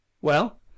Well